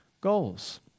goals